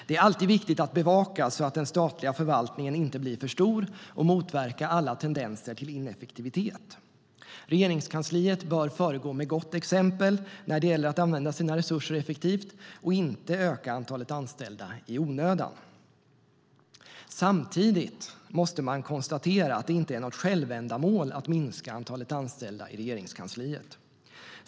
Det är alltid viktigt att bevaka så att den statliga förvaltningen inte blir för stor och motverka alla tendenser till ineffektivitet. Regeringskansliet bör föregå med gott exempel när det gäller att använda sina resurser effektivt och inte öka antalet anställda i onödan. Samtidigt måste man konstatera att det inte är något självändamål att minska antalet anställda i Regeringskansliet.